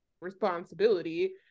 responsibility